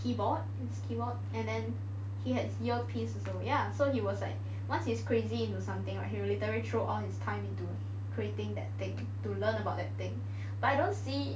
keyboard keyboard and then he had ear piece also ya so he was like once he's crazy into something right he will literally throw all his time into creating that thing to learn about that thing but I don't see